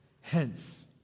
Hence